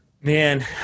Man